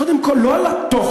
קודם כול לא על התוכן,